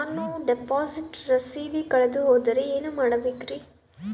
ನಾನು ಡಿಪಾಸಿಟ್ ರಸೇದಿ ಕಳೆದುಹೋದರೆ ಏನು ಮಾಡಬೇಕ್ರಿ?